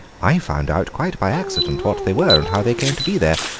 i found out quite by accident what they were and how they came to be there.